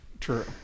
True